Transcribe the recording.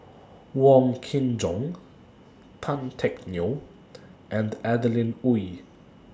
Wong Kin Jong Tan Teck Neo and Adeline Ooi